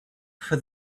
for